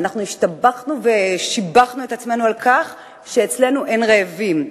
ואנחנו השתבחנו ושיבחנו את עצמנו על כך שאצלנו אין רעבים,